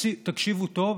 תקשיבו טוב,